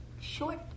short